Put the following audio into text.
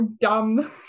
dumb